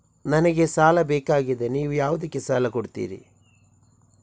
ನನಗೆ ಸಾಲ ಬೇಕಾಗಿದೆ, ನೀವು ಯಾವುದಕ್ಕೆ ಸಾಲ ಕೊಡ್ತೀರಿ?